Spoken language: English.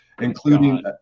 including